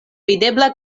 videbla